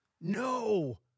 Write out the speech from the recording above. No